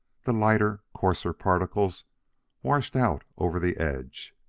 the lighter, coarser particles washed out over the edge.